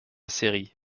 série